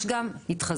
יש גם התחזויות,